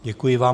Děkuji vám.